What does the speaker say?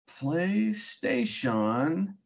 Playstation